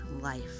Life